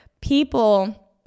people